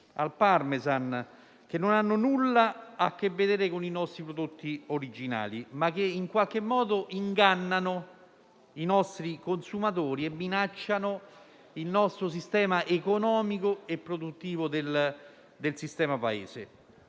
al Parmesan - che non hanno nulla a che vedere con i nostri, ma che in qualche modo ingannano i consumatori e minacciano il sistema economico e produttivo del sistema Paese.